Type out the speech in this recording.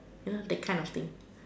you know that kind of thing